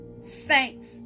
saints